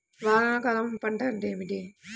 వానాకాలం పంట అంటే ఏమిటి?